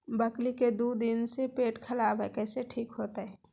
बकरी के दू दिन से पेट खराब है, कैसे ठीक होतैय?